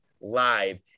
live